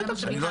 בטח שאפשר.